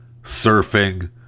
surfing